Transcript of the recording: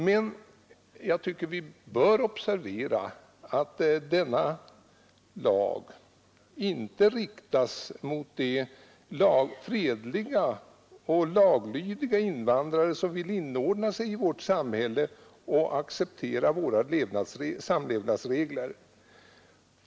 Men jag tycker vi bör observera att denna lag inte riktas mot de fredliga och laglydiga invandrare som vill inordna sig i vårt samhälle och acceptera våra samlevnadsregler.